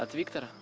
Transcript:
ah viktor